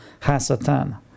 Hasatan